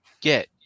get